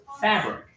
fabric